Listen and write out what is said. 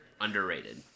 Underrated